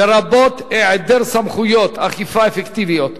לרבות היעדר סמכויות אכיפה אפקטיביות,